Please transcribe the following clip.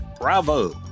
Bravo